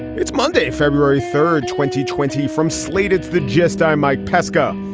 it's monday, february third, twenty twenty from slated the gist i'm mike pesca.